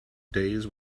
days